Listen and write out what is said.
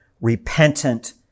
repentant